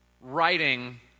writing